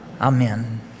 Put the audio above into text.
Amen